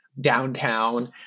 downtown